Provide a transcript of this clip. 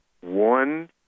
one